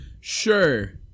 Sure